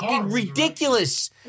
ridiculous